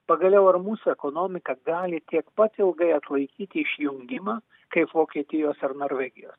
pagaliau ar mūsų ekonomika gali tiek pati ilgai atlaikyti išjungimą kaip vokietijos ar norvegijos